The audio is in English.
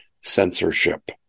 censorship